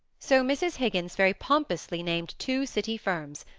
so mrs. higgins very pompously named two city firms,